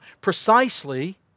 precisely